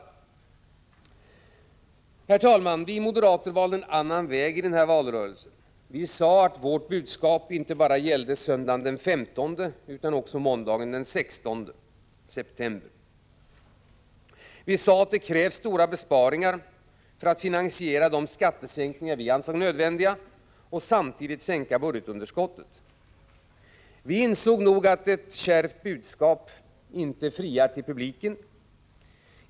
Herr talman! Vi moderater valde en annan väg i denna valrörelse. Vi sade att vårt budskap gällde inte bara söndagen den 15 utan också måndagen den 16 september. Vi sade att det krävs stora besparingar för att finansiera de skattesänkningar som vi anser nödvändiga och samtidigt sänka budgetunderskottet. Vi insåg nog att ett kärvt budskap inte friar till publiken.